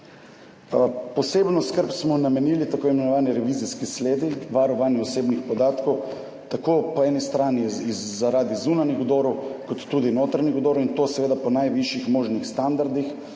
Posebno skrb smo namenili tako imenovani revizijski sledi, varovanju osebnih podatkov, tako po eni strani zaradi zunanjih vdorov kot tudi notranjih vdorov in to seveda po najvišjih možnih standardih.